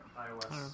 iOS